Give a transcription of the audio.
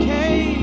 Okay